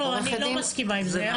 אני לא מסכימה עם זה.